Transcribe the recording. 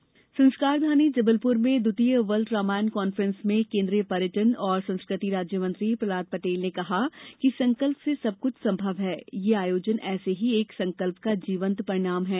Ramayan conference संस्कारधानी जबलपुर में द्वितीय वर्ल्ड रामायण कॉन्फ्रेंस में केंद्रीय पर्यटन और संस्कृति राज्यमंत्री प्रहलाद पटेल ने कहा कि संकल्प से सब कुछ संभव है और यह आयोजन ऐसे ही एक संकल्प का जीवंत परिणाम है